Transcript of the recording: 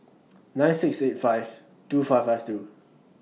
nine six eight five two five five two